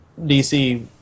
DC